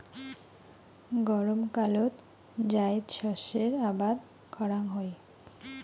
গরমকালত জাইদ শস্যের আবাদ করাং হই